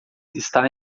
está